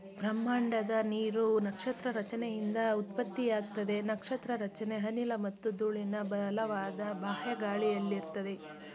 ಬ್ರಹ್ಮಾಂಡದ ನೀರು ನಕ್ಷತ್ರ ರಚನೆಯಿಂದ ಉತ್ಪತ್ತಿಯಾಗ್ತದೆ ನಕ್ಷತ್ರ ರಚನೆ ಅನಿಲ ಮತ್ತು ಧೂಳಿನ ಬಲವಾದ ಬಾಹ್ಯ ಗಾಳಿಯಲ್ಲಿರ್ತದೆ